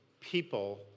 people